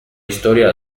historia